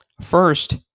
first